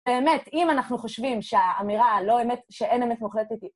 באמת, אם אנחנו חושבים שהאמירה לא אמת... שאין אמת מוחלטת...